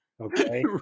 okay